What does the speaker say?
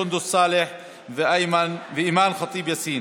סונדוס סאלח ואימאן ח'טיב יאסין,